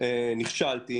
נכשלתי,